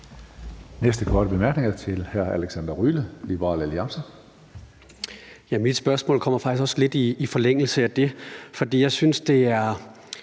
næste korte bemærkning er til hr. Alexander Ryle, Liberal Alliance. Kl. 20:11 Alexander Ryle (LA): Mit spørgsmål kommer faktisk også lidt i forlængelse af det, for jeg synes nogle